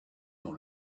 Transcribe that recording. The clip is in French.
dans